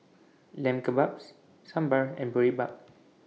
Lamb Kebabs Sambar and Boribap